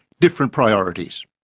different priorities.